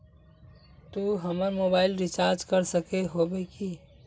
तू हमर mobile recharge कर सके होबे की?